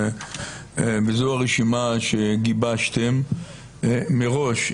וזו הרשימה שגיבשתם מראש.